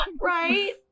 right